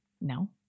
No